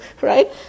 right